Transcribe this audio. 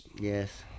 Yes